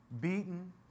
Beaten